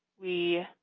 we